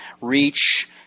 reach